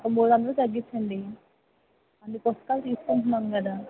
ఓ మూడు వందలు తగ్గించండి అన్ని పుస్తకాలు తీసుకుంటున్నాను కదా